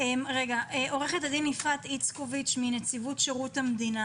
עו"ד יפעת איצקוביץ, נציבות שירות המדינה